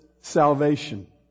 salvation